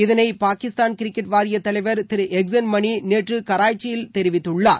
இதனை பாகிஸ்தான் கிரிக்கெட் வாரிய தலைவர் திரு எஹ்சன் மணி நேற்று கராய்ச்சியில் தெரிவித்துள்ளர்